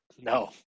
No